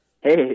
Hey